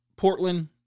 Portland